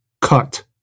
cut